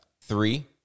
Three